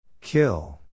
Kill